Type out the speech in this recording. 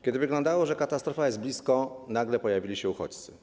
Kiedy wyglądało na to, że katastrofa jest blisko, nagle pojawili się uchodźcy.